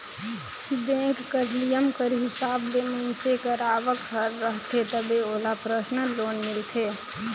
bank कर नियम कर हिसाब ले मइनसे कर आवक हर रहथे तबे ओला परसनल लोन मिलथे